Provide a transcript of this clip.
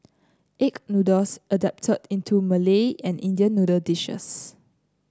egg noodles adapted into Malay and Indian noodle dishes